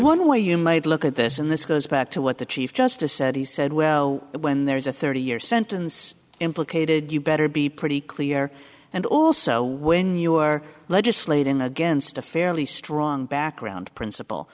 one way you might look at this and this goes back to what the chief justice said he said well when there is a thirty year sentence implicated you better be pretty clear and also when you are legislating against a fairly strong background principle